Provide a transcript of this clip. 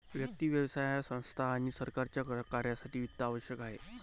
व्यक्ती, व्यवसाय संस्था आणि सरकारच्या कार्यासाठी वित्त आवश्यक आहे